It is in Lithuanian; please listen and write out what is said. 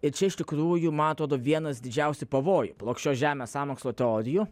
ir čia iš tikrųjų man atrodo vienas didžiausių pavojų plokščios žemės sąmokslo teorijų